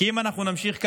כי אם אנחנו נמשיך כך,